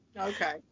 okay